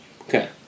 Okay